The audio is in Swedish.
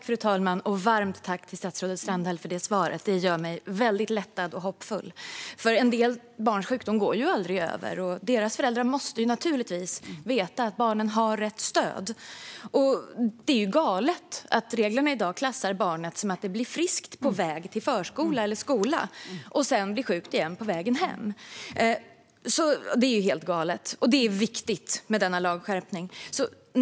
Fru talman! Varmt tack, statsrådet Strandhäll, för svaret! Det gör mig väldigt lättad och hoppfull, för en del barns sjukdomar går ju aldrig över, och deras föräldrar måste naturligtvis veta att barnen får rätt stöd. Det är helt galet att reglerna i dag klassar barnet som friskt på väg till förskola eller skola och sedan som sjukt igen på vägen hem, så denna lagskärpning är viktig.